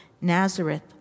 Nazareth